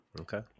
Okay